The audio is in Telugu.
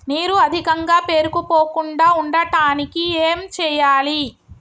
నీరు అధికంగా పేరుకుపోకుండా ఉండటానికి ఏం చేయాలి?